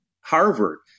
Harvard